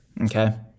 Okay